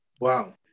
Wow